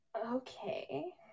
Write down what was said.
Okay